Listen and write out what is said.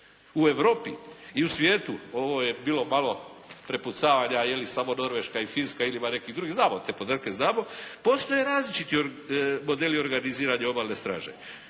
U Europi i u svijetu ovo je bilo malo prepucavanja je li, samo Norveška i Finska, znamo te podatke. Postoje različiti modeli organiziranja obalne straže.